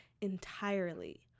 entirely